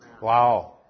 Wow